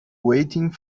waiting